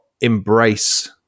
embrace